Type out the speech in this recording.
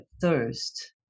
thirst